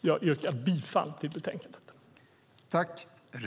Jag yrkar bifall till förslaget i betänkandet.